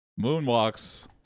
moonwalks